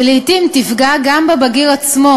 ולעתים תפגע גם בבגיר עצמו,